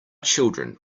children